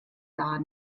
gar